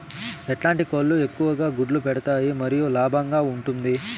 ఎట్లాంటి కోళ్ళు ఎక్కువగా గుడ్లు పెడతాయి మరియు లాభంగా ఉంటుంది?